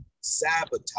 sabotage